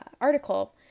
article